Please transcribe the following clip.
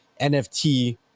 nft